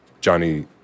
Johnny